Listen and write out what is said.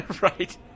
Right